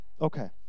Okay